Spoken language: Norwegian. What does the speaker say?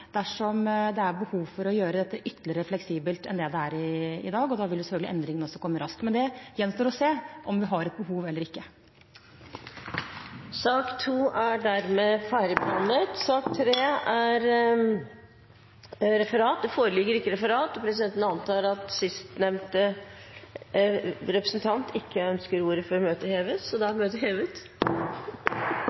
dersom det er behov for å gjøre dette ytterligere fleksibelt enn det er i dag. Da vil selvfølgelig endringen også komme raskt. Men det gjenstår å se om vi har et behov eller ikke. Sak nr. 2 er dermed ferdigbehandlet. Det foreligger ikke noe referat. Dermed er dagens kart ferdigbehandlet. Forlanger noen ordet før møtet heves? – Møtet er hevet.